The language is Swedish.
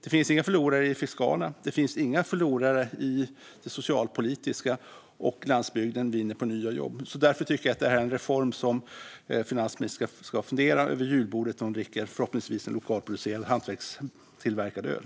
Det finns inga förlorare i fiskalen eller i det socialpolitiska, och landsbygden vinner på nya jobb. Därför tycker jag att detta är en reform som finansministern ska fundera över vid julbordet när hon dricker en förhoppningsvis lokalproducerad och hantverkstillverkad öl.